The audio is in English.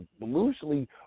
loosely